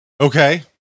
okay